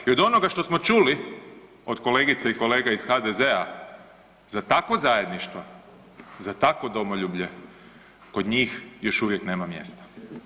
I od onoga što smo čuli od kolegica i kolega iz HDZ-a za takvo zajedništvo, za takvo domoljublje kod njih još uvijek nema mjesta.